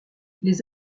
les